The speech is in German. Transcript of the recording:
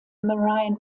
marine